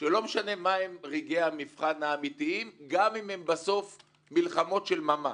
שלא משנה מהם, גם אם הם בסוף מלחמות של ממש.